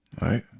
right